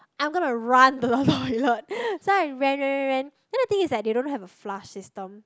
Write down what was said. I'm gonna run to the toilet so I ran ran ran ran then the thing is that they don't have a flush system